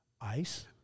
ice